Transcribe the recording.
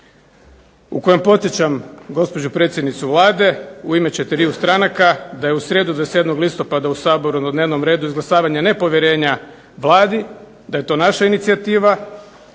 u kojem podsjećam gospođu predsjednicu Vlade u ime četiriju stranaka da je u srijedu 27. listopada u Saboru na dnevnom redu izglasavanje nepovjerenja Vladi, da je to naša inicijativa